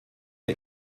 der